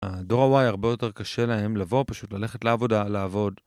הדור ה-y הרבה יותר קשה להם לבוא פשוט ללכת לעבודה לעבוד